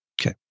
Okay